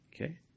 Okay